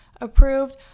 approved